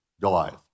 Goliath